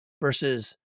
versus